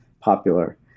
popular